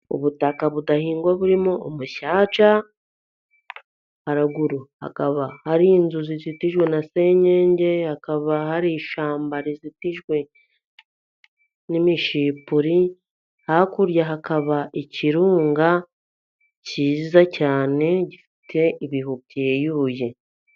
Ubutaka budahingwa burimo umucaca, haruguru hakaba hari inzu zizitijwe na senyenge, hakaba hari ishyamba rizitijwe na sipure, hakurya hakaba ikirunga cyiza cyane, gifite ibihu byeyuye.